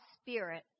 spirit